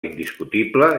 indiscutible